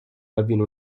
avviene